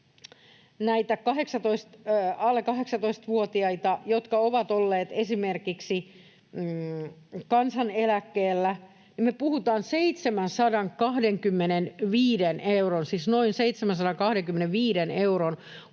näitä alle 18-vuotiaita, jotka ovat olleet esimerkiksi kansaneläkkeellä, niin me puhutaan 725 euron,